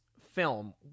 film